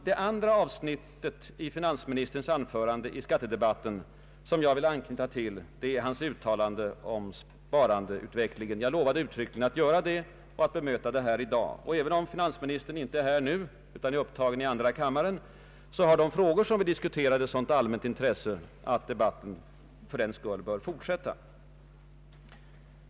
Det andra avsnitt i finansministerns anförande i skattedebatten som jag vill anknyta till är hans uttalande om = sparandeutvecklingen. Jag lovade uttryckligen att göra det och att bemöta det uttalandet här i dag. Även om finansministern inte är här nu — han är upptagen i andra kammaren — har de frågor som vi diskuterade ett sådant allmänt intresse att debatten för den skull bör fortsätta.